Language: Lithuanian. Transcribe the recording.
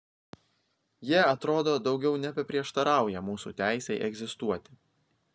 jie atrodo daugiau nebeprieštarauja mūsų teisei egzistuoti